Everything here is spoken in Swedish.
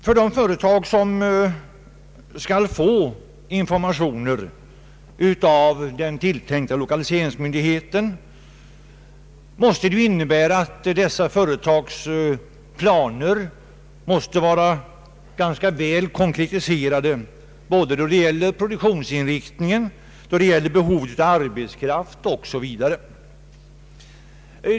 För de företag som skall få informationer av den tilltänkta lokaliseringsmyndigheten innebär lagen att företagens planer måste vara ganska väl konkretiserade vad gäller både produktionsinriktning och behov av arbetskraft osv.